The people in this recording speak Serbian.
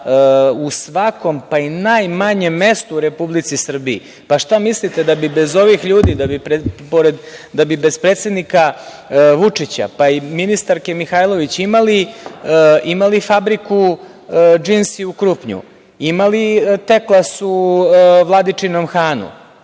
u svakom, pa i u najmanjem mestu u Republici Srbiji. Šta mislite, da bi bez ovih ljudi, da bi bez predsednika Vučića, pa i ministarke Mihajlović imali fabriku „Džinsi“ u Krupnju, imali „Teklas“ u Vladičinom Hanu,